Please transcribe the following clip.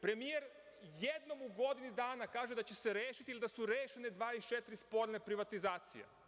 Premijer jednom u godini dana kaže da će se rešili ili da su rešene 24 sporne privatizacije.